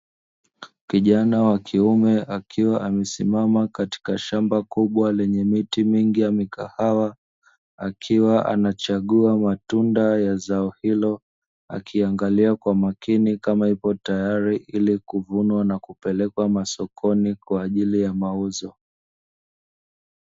Kijana wa kiume akiwa amesimama katika shamba kubwa lenye miti mingi ya mikahawa, akiwa anachagua matunda ya zao hilo akiangalia kwa makini kama ipo tayari, ili kuvunwa na kupelekwa masokoni kwa ajili ya mauzo.